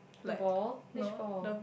the ball which ball